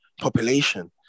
population